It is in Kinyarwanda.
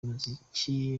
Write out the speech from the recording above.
umuziki